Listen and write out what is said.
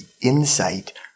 Insight